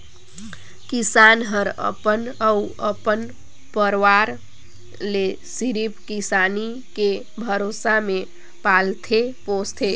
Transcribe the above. किसान हर अपन अउ अपन परवार ले सिरिफ किसानी के भरोसा मे पालथे पोसथे